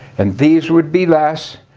and these would be less.